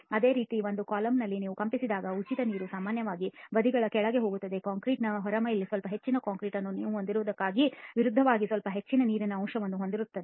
ಅದೇ ರೀತಿ ಒಂದು ಕಾಲಂನಲ್ಲಿ ನೀವು ಕಂಪಿಸುವಾಗ ಉಚಿತ ನೀರು ಸಾಮಾನ್ಯವಾಗಿ ಬದಿಗಳ ಕಡೆಗೆ ಹೋಗುತ್ತದೆ ಮತ್ತು ಕಾಂಕ್ರೀಟ್ನ ಹೊರ ಮೇಲ್ಮೈ ಸ್ವಲ್ಪ ಹೆಚ್ಚಿನ ಕಾಂಕ್ರೀಟ್ ಅನ್ನು ನೀವು ಹೊಂದಿರುವುದಕ್ಕೆ ವಿರುದ್ಧವಾಗಿ ಸ್ವಲ್ಪ ಹೆಚ್ಚಿನ ನೀರಿನ ಅಂಶವನ್ನು ಹೊಂದಿರುತ್ತದೆ